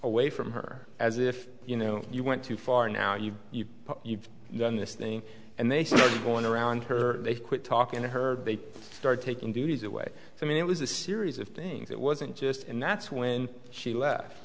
away from her as if you know you went too far now you've done this thing and they started going around her they quit talking to her they started taking duties away i mean it was a series of things it wasn't just and that's when she left